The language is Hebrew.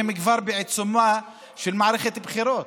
כבר בעיצומה של מערכת בחירות.